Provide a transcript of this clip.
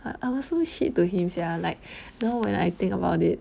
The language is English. I was so shit to him sia like now when I think about it